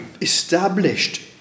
Established